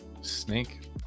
snake